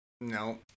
no